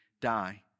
die